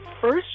first